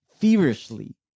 feverishly